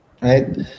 Right